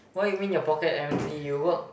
what you mean your pocket empty you work